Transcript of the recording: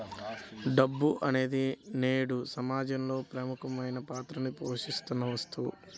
డబ్బు అనేది నేడు సమాజంలో ప్రముఖమైన పాత్రని పోషిత్తున్న వస్తువు